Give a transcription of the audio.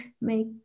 make